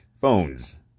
phones